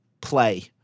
play